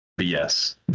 yes